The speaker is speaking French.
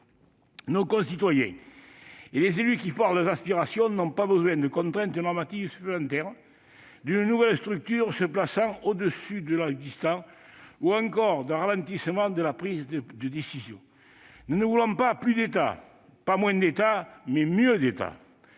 Nos concitoyens et les élus qui portent leurs aspirations n'ont pas besoin de contraintes normatives supplémentaires, ni d'une nouvelle structure se plaçant au-dessus de l'existant, ni d'un ralentissement de la prise de décision. Nous ne voulons ni plus d'État ni moins d'État. Nous voulons mieux d'État,